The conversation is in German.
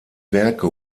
werke